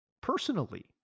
personally